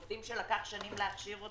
עובדים שלקח שנים להכשיר,